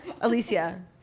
Alicia